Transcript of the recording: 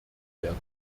werden